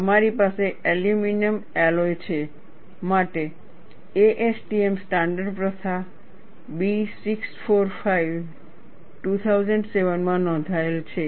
અને તમારી પાસે એલ્યુમિનિયમ એલોય માટે છે ASTM સ્ટાન્ડર્ડ પ્રથા B645 2007 માં નોંધાયેલ છે